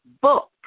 book